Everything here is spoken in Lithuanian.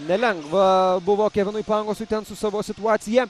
nelengva buvo kevinui pangosui ten su savo situacija